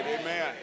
amen